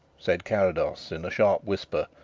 said carrados, in a sharp whisper,